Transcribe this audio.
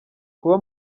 kuba